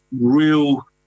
real